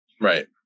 right